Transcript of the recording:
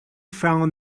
found